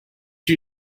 you